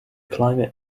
climate